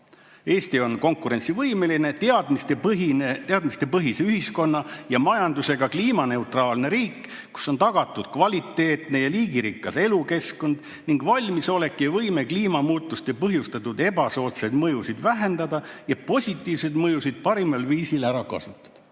Eesti konkurentsivõimeline, teadmistepõhise ühiskonna ja majandusega kliimaneutraalne riik, kus on tagatud kvaliteetne ja liigirikas elukeskkond ning valmisolek ja võime kliimamuutuste põhjustatud ebasoodsaid mõjusid vähendada ja positiivseid mõjusid parimal viisil ära kasutada."